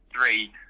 three